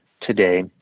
today